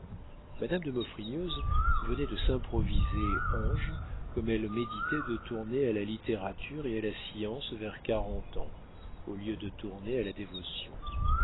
madame de maufrigneuse venait de s'improviser ange comme elle méditait de tourner à la littérature et à la science vers quarante ans au lieu de tourner à la dévotion